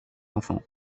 enfant